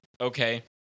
Okay